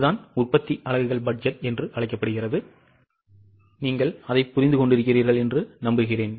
இதுதான் உற்பத்தி அலகுகள் பட்ஜெட் நீங்கள் அதைப் புரிந்து கொண்டிருக்கிறீர்களா